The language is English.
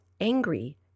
angry